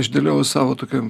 išdėliojau savo tokiam